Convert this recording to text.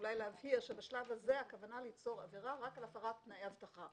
אולי להבהיר שבשלב הזה הכוונה ליצור עבירה רק על הפרת תנאי אבטחה.